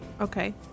Okay